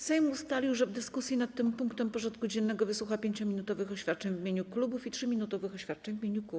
Sejm ustalił, że w dyskusji nad tym punktem porządku dziennego wysłucha 5-minutowych oświadczeń w imieniu klubów i 3-minutowych oświadczeń w imieniu kół.